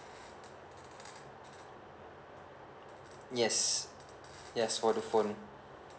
yes yes for the phone